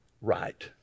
right